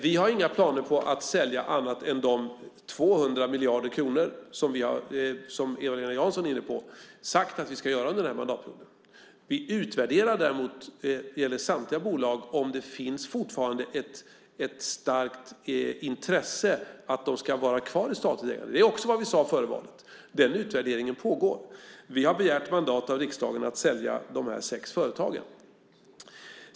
Vi har inga planer på att sälja annat än för de 200 miljarder kronor som Eva-Lena Jansson är inne på och som vi har sagt att vi ska sälja för under den här mandatperioden. Däremot utvärderar vi när det gäller samtliga bolag om det fortfarande finns ett starkt intresse av att de ska vara kvar i statligt ägande. Det är också vad vi sade före valet. Den utvärderingen pågår. Vi har begärt mandat av riksdagen att sälja de här sex företagen.